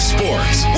Sports